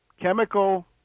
chemical